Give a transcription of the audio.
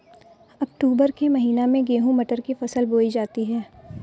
अक्टूबर के महीना में गेहूँ मटर की फसल बोई जाती है